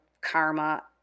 karma